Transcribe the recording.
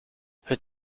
het